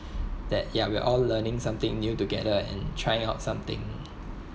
that yeah we're all learning something new together and trying out something